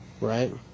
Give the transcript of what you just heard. Right